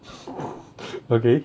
okay